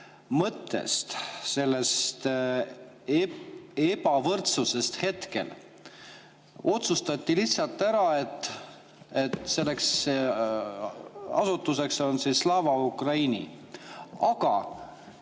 mõttest ja sellest ebavõrdsusest hetkel. Otsustati lihtsalt ära, et see asutus on Slava Ukraini. Aga